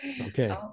Okay